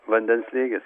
vandens lygis